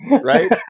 right